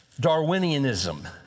Darwinianism